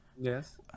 Yes